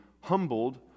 humbled